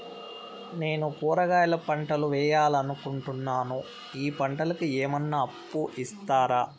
నేను కూరగాయల పంటలు వేయాలనుకుంటున్నాను, ఈ పంటలకు ఏమన్నా అప్పు ఇస్తారా?